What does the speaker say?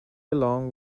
along